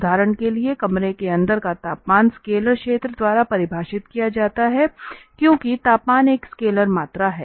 उदाहरण के लिए कमरे के अंदर का तापमान स्केलर क्षेत्र द्वारा परिभाषित किया जाता है क्योंकि तापमान एक स्केलर मात्रा है